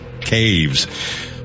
caves